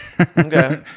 okay